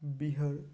Bihar